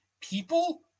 People